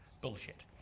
bullshit